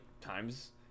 times